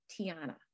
Tiana